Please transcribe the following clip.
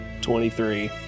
Twenty-three